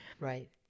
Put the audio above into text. Right